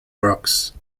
rocks